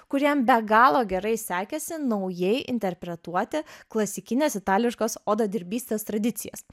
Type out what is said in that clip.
kuriam be galo gerai sekėsi naujai interpretuoti klasikinės itališkos odadirbystės tradicijas